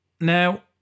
Now